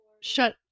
shut